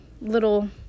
little